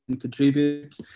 contribute